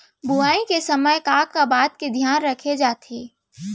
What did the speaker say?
बुआई के समय का का बात के धियान ल रखे जाथे?